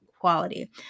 quality